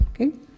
Okay